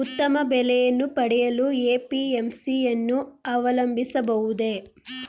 ಉತ್ತಮ ಬೆಲೆಯನ್ನು ಪಡೆಯಲು ಎ.ಪಿ.ಎಂ.ಸಿ ಯನ್ನು ಅವಲಂಬಿಸಬಹುದೇ?